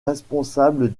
responsable